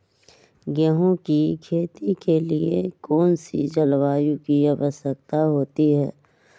गेंहू की खेती के लिए कौन सी जलवायु की आवश्यकता होती है?